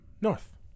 north